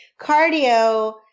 cardio